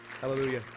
Hallelujah